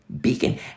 Beacon